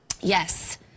yes